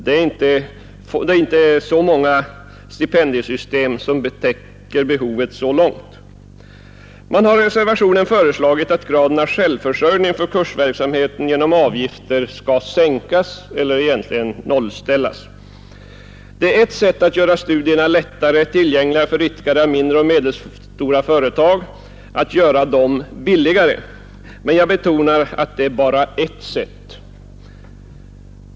Det finns inte många stipendiesystem som täcker behovet så långt. I reservationen 2 har föreslagits att graden av självförsörjning för kursverksamheten genom avgifter skall sänkas eller egentligen nollställas. Ett sätt att göra studierna lättare tillgängliga för innehavare av mindre och medelstora företag är att göra studierna billigare, men jag betonar att det är bara ett sätt.